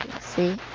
see